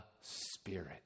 Spirit